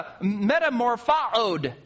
metamorphosed